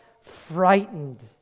frightened